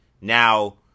Now